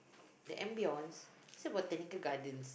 the ambiance it's at Botanical-Gardens